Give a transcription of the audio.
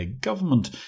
government